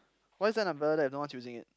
why is there an umbrella there if no one's using it